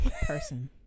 person